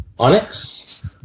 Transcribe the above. Onyx